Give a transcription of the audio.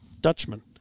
Dutchman